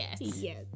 Yes